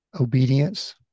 Obedience